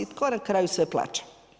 Tko na kraju sve plaća?